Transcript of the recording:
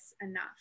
enough